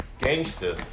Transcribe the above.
gangster